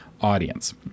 audience